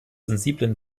sensiblen